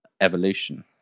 evolution